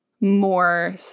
more